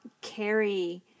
carry